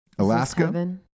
Alaska